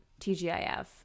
TGIF